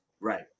Right